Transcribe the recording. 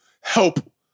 help